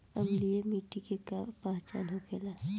अम्लीय मिट्टी के का पहचान होखेला?